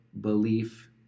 belief